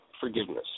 forgiveness